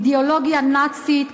אידיאולוגיה נאצית,